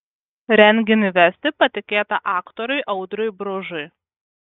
renginį vesti patikėta aktoriui audriui bružui